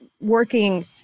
working